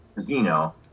Zeno